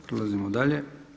Prelazimo dalje.